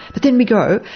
but then we go,